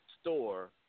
store